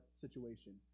situation